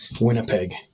Winnipeg